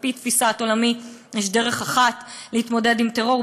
על-פי תפיסת עולמי יש דרך אחת להתמודד עם טרור,